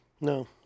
No